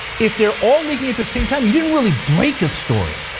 if they're all leaking the same time, you didn't really break a story.